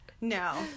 no